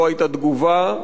לא היתה תגובה,